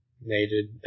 needed